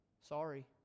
sorry